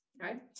right